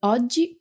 Oggi